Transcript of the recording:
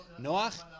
Noach